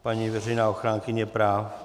Paní veřejná ochránkyně práv?